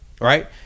right